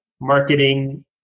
marketing